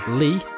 lee